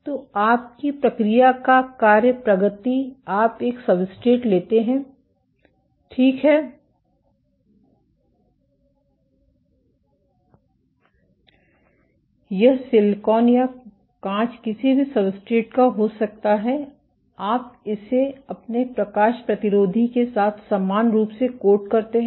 तो आपकी प्रक्रिया का कार्य प्रगति आप एक सब्सट्रेट लेते हैं ठीक है यह सिलिकॉन या कांच किसी भी सब्सट्रेट का हो सकता है आप इसे अपने प्रकाश प्रतिरोधी के साथ समान रूप से कोट करते हैं